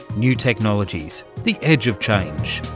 new technologies, the edge of change.